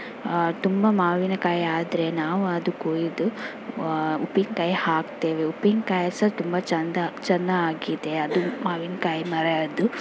ತುಂಬ ಮಾವಿನಕಾಯಿ ಆದರೆ ನಾವು ಅದು ಕೊಯ್ದು ಉಪ್ಪಿನಕಾಯಿ ಹಾಕ್ತೇವೆ ಉಪ್ಪಿನಕಾಯಿ ಸಹ ತುಂಬ ಚೆಂದ ಚೆನ್ನಾಗಿದೆ ಅದು ಮಾವಿನಕಾಯಿ ಮರದ್ದು